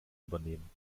übernehmen